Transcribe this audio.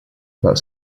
about